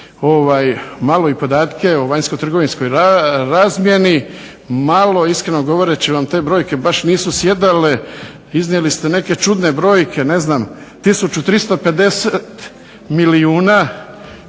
malo i podatke o vanjsko trgovinskoj razmjeni. Malo iskreno govoreći vam te brojke baš nisu sjedale, iznijeli ste neke čudne brojke. Ne znam, 1350 milijuna